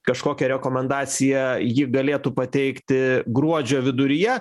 kažkokią rekomendaciją ji galėtų pateikti gruodžio viduryje